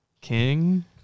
King